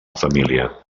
família